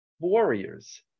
Warriors